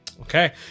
Okay